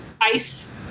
ICE